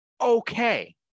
Okay